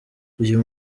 uyu